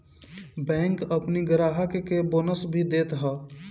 bank अपनी ग्राहक के बोनस भी देत हअ